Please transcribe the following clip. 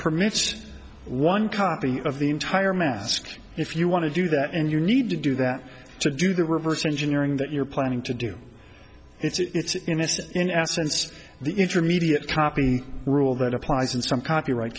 permits one copy of the entire mask if you want to do that and you need to do that to do the reverse engineering that you're planning to do it's innocent in essence the intermediate copy rule that applies in some copyright